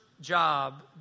job